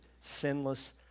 sinless